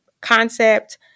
concept